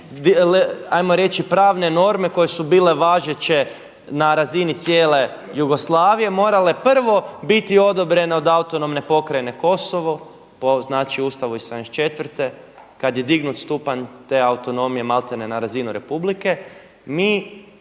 hajmo reći pravne norme koje su bile važeće na razini cijele Jugoslavije morale prvo biti odobrene od Autonomne pokrajine Kosovo po znači Ustavu iz 74. kada je dignut stupanj te autonomije maltene na razinu republike,